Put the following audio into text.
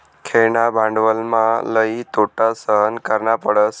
खेळणा भांडवलमा लई तोटा सहन करना पडस